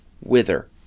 wither